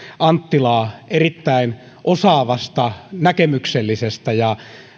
anttilaa erittäin osaavasta näkemyksellisestä ja